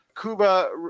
Kuba